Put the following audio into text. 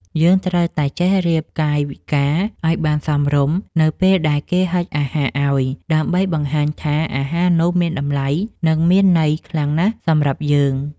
យើងត្រូវតែចេះរៀបកាយវិការឱ្យបានសមរម្យនៅពេលដែលគេហុចអាហារឱ្យ ដើម្បីបង្ហាញថាអាហារនោះមានតម្លៃ និងមានន័យខ្លាំងណាស់សម្រាប់យើង។